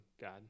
God